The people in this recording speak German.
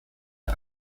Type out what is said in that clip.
der